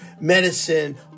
medicine